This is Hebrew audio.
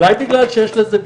אולי בגלל שיש לזה ביקוש?